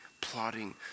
plotting